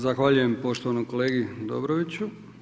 Zahvaljujem poštovanom kolegi Dobroviću.